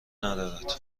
ندارد